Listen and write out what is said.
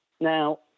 Now